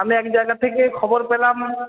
আমি এক জায়গা থেকে খবর পেলাম